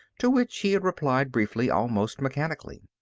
to which he had replied briefly, almost mechanically.